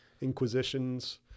inquisitions